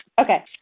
Okay